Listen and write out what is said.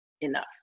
enough